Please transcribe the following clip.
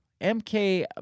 MK